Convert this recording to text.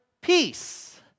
peace